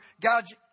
God's